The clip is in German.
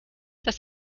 das